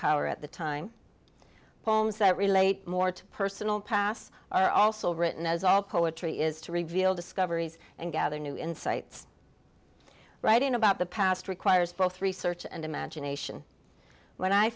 power at the time poems that relate more to personal pasts are also written as all poetry is to reveal discoveries and gather new insights writing about the past requires both research and imagination when i